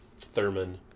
Thurman